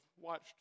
watched